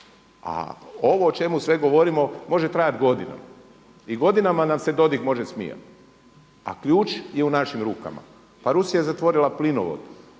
A ovo o čemu sve govorimo može trajati godinama i godinama nam se Dodig može smijati a ključ je u našim rukama. Pa Rusija je zatvorila plinovod